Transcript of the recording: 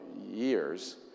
years